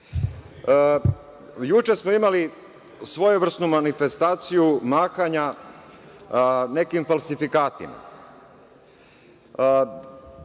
smo imali svojevrsnu manifestaciju mahanja nekim falsifikatima.